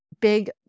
Big